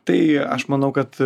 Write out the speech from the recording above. tai aš manau kad